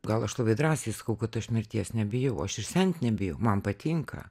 gal aš labai drąsiai sakau kad aš mirties nebijau aš ir sent nebijau man patinka